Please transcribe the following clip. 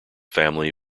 family